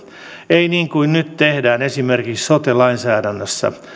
ei niin kuin nyt tehdään esimerkiksi sote lainsäädännössä